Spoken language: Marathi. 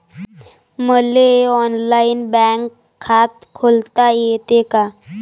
मले ऑनलाईन बँक खात खोलता येते का?